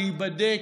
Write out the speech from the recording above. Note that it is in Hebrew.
להיבדק,